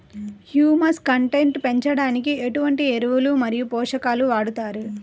Humus content పెంచడానికి ఎటువంటి ఎరువులు మరియు పోషకాలను వాడతారు?